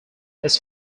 his